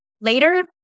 Later